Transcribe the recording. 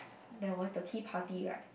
that was the tea party right